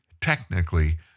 technically